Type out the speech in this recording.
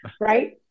right